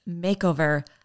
makeover